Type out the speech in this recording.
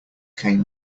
came